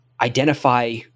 identify